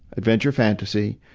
adventure fantasy,